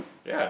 ya